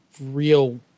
real